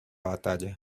batalla